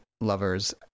lovers